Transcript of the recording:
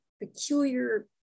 peculiar